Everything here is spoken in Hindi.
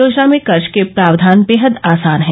योजना में कर्ज के प्रावधान बेहद आसान है